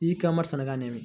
ఈ కామర్స్ అనగానేమి?